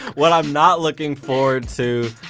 what i am not looking forward to,